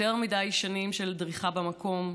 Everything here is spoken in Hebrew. יותר מדי שנים של דריכה במקום,